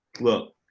look